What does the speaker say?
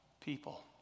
people